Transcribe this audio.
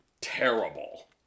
terrible